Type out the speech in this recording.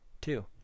Two